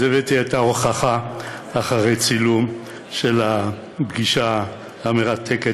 אז הבאתי את ההוכחה אחרי צילום של הפגישה המרתקת,